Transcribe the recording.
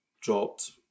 dropped